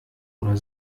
oder